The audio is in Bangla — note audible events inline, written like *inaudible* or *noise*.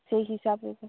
সেই হিসাবে *unintelligible*